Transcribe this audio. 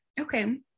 Okay